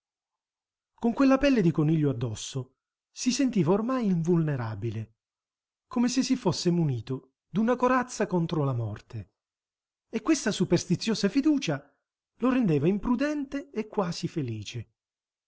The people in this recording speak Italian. con quella pelle di coniglio addosso si sentiva ormai invulnerabile come se si fosse munito d'una corazza contro la morte e questa superstiziosa fiducia lo rendeva imprudente e quasi felice